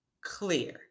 clear